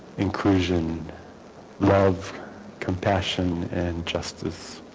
inclusion love compassion and justice